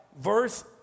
Verse